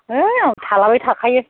है आं थालाबाय थाखायो